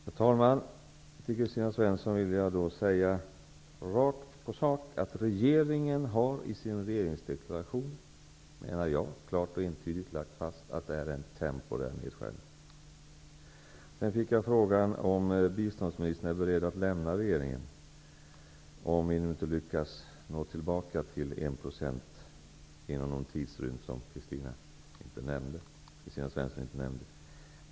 Herr talman! Jag vill säga rakt på sak till Kristina Svensson, att regeringen har i regeringsdeklarationen klart och entydigt lagt fast att det är fråga om en temporär nedskärning. Jag fick frågan om biståndsministern är beredd att lämna regeringen om vi inte lyckas nå tillbaka till 1 % inom en av Kristina Svensson icke närmare specificerad tidsrymd.